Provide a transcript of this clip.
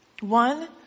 One